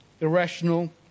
irrational